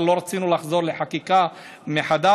אבל לא רצינו לחזור לחקיקה מחדש,